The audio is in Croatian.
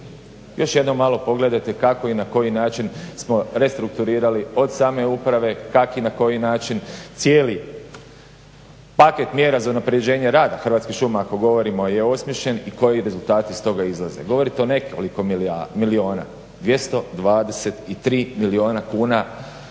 Još jednom malo pogledajte kako i na koji način smo restrukturirali od same uprave, kako i na koji način cijeli paket mjera za unaprjeđenje rada Hrvatskih šuma, ako govorimo je osmišljen i koji rezultati iz toga izlaze. Govorite o nekoliko milijuna, 223 milijuna kuna